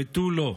ותו לא.